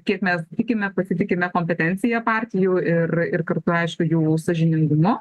kiek mes tikime pasitikime kompetencija partijų ir ir kartu aišku jų sąžiningumu